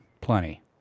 plenty